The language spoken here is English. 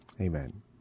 amen